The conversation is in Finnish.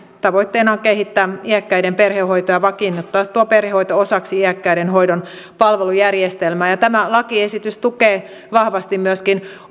tavoitteena on erityisesti kehittää iäkkäiden perhehoitoa ja vakiinnuttaa perhehoito osaksi iäkkäiden hoidon palvelujärjestelmää tämä lakiesitys tukee vahvasti myöskin